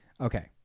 Okay